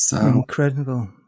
incredible